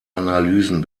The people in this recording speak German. analysen